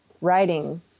writing